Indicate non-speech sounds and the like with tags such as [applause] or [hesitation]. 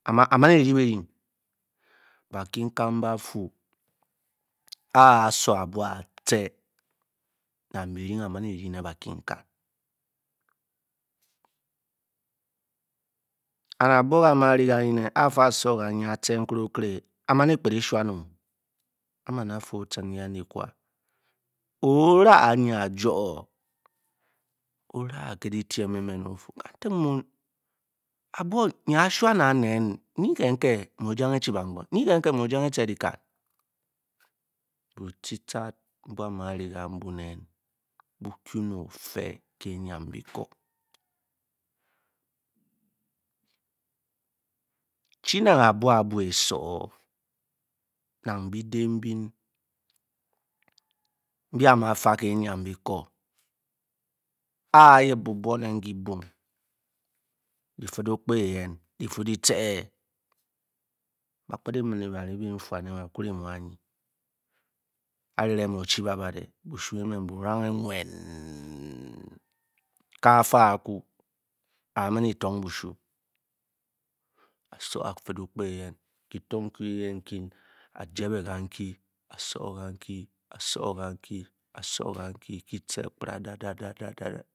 Amani de ba ding [hesitation] baking kan ba fu [hesitation] a sour abiol atah [hesitation] na be deng omani de a batungan [hesitation] na abio nye ba le han ye me apa song kan ye atah nkte okele aman orah mya jor [hesitation] orak kele tem me men ofu kan tanp mun but nye shama ne mye kentemp mo mano banti tap mbe ba mani kanpu ne bu bu le ofe le a yem becor a yep bur poey be kumin peeeem! Ka pantu ba mani tong boshu nan key ke tear phradada!.